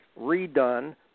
redone